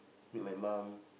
meet my mum